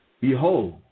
Behold